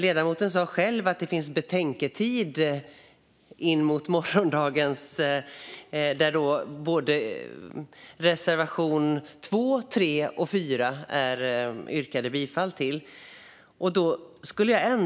Ledamoten sa själv att det finns betänketid inför morgondagens omröstning, där det har yrkats bifall till reservationerna 2, 3 och 4.